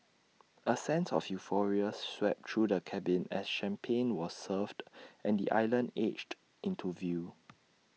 A sense of euphoria swept through the cabin as champagne was served and the island edged into view